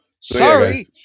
Sorry